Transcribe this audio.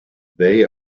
they